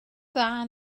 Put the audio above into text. dda